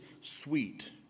sweet